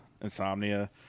insomnia